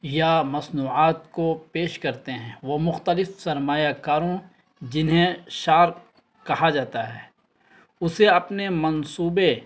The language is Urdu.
یا مصنوعات کو پیش کرتے ہیں وہ مختلف سرمایہ کاروں جنہیں شارک کہا جاتا ہے اسے اپنے منصوبے